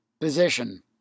position